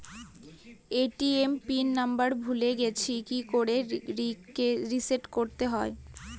ATM pin number ভুলে গেছি কি করে রিসেট করতে হয়?